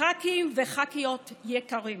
ח"כים וח"כיות יקרים,